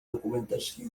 documentació